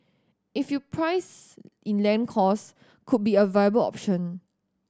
if you price in land cost could be a viable option